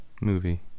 movie